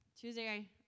Tuesday